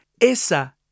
Esa